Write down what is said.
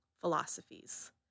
philosophies